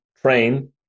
train